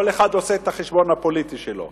כל אחד עושה את החשבון הפוליטי שלו.